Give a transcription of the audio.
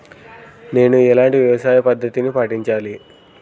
నేను ఎలాంటి వ్యవసాయ పద్ధతిని పాటించాలి?